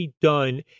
done